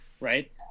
Right